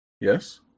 Yes